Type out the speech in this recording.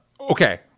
okay